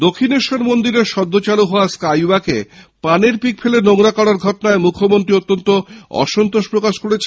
দক্ষিণেশ্বর মন্দিরে সদ্য চালু হওয়া স্কাইওয়ার্কে পানের পিক ফেলে নোংরা করার ঘটনায় মুখ্যমন্ত্রী অত্যন্ত অসন্তোষ প্রকাশ করছেন